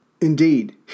Indeed